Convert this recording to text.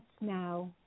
now